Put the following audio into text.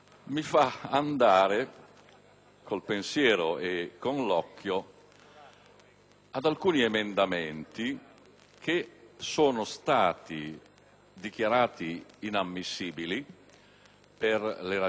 ad alcuni emendamenti dichiarati improponibili per le ragioni che così bene ha spiegato il Presidente del Senato.